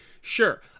Sure